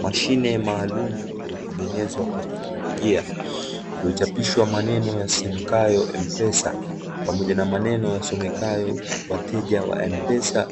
Mashine maalumu iliyotengenezwa kwa teknolojia iliyochapiswa maneno yasomekayo, "M-PESA" pamoja na maneno yasomekayo "wateja wa m-pesa